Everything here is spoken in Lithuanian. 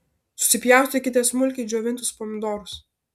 susipjaustykite smulkiai džiovintus pomidorus